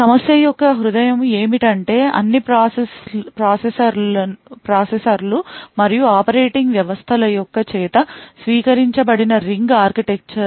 సమస్య యొక్క హార్ట్ ఏమిటి అంటే అన్ని ప్రాసెసర్లు మరియు ఆపరేటింగ్ వ్యవస్థల యొక్క చేత స్వీకరించబడిన రింగ్ ఆర్కిటెక్చర్